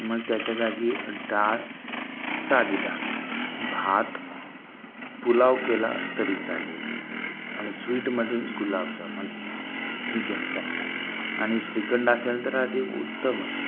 मग त्याच्या जागी डाळ साधी डाळ भात पुलाव केला तरी चालेल आणि स्वीटमध्ये गुलाबजामुन ही घ्यायचं आहे आणि श्रीखंड असेल तर आधी उत्तमच